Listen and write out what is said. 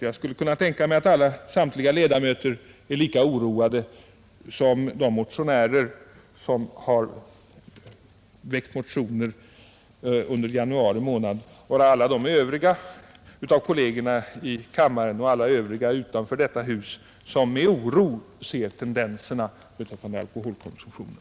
Jag skulle kunna tänka mig att samtliga kammarleda möter är lika oroade som de som väckt motioner i detta ämne under januari månad, och detta gäller nog även alla utanför detta hus som ser tendenserna beträffande alkoholkonsumtionen.